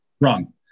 Wrong